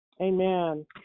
Amen